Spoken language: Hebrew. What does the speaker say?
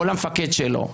או למפקד שלו.